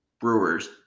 Brewers